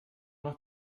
noch